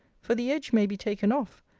for the edge may be taken off,